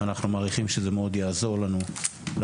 ואנחנו מעריכים שזה מאוד יעזור לנו לעשות